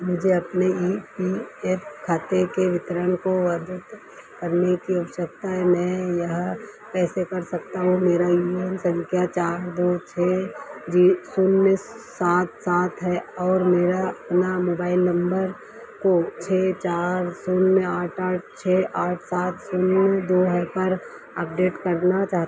निर्देश में E P F खाते के वितरण को अद्यतन करने की आवश्यकता है मैं यह कैसे कर सकता हूँ मेरी ईमेल संख्या चार दो छः जी शून्य सात सात है और मेरा अपना मोबाइल नम्बर को छः चार शून्य आठ सात छः आठ सात शून्य दो है पर अपडेट करना चाह